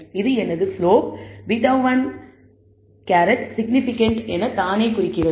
இது எனது slope β̂1 significant என குறிக்கிறது